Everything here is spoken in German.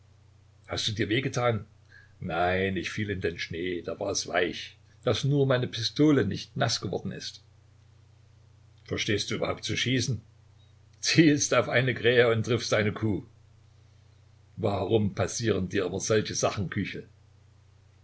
hast du dir weh getan nein ich fiel in den schnee da war es weich daß nur meine pistole nicht naß geworden ist verstehst du überhaupt zu schießen zielst auf eine krähe und triffst eine kuh warum passieren dir immer solche sachen